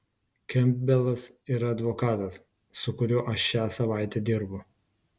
kempbelas yra advokatas su kuriuo aš šią savaitę dirbu